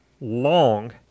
long